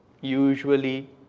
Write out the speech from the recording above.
usually